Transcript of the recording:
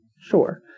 Sure